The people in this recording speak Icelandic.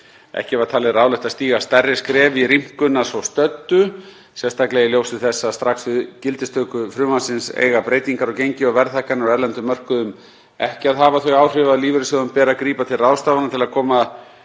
Ekki var talið ráðlegt að stíga stærri skref í rýmkun að svo stöddu, sérstaklega í ljósi þess að strax við gildistöku frumvarpsins eiga breytingar á gengi og verðhækkanir á erlendum mörkuðum ekki að hafa þau áhrif að lífeyrissjóðum beri að grípa til ráðstafana til að koma